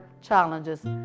challenges